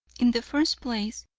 in the first place,